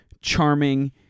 charming